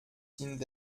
dient